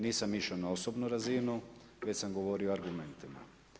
Nisam išao na osobnu razinu, već sam govorio o argumentima.